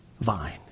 vine